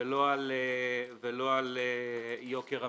ולא על יוקר המחיה.